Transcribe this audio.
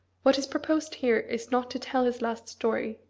what is proposed here is not to tell his last story,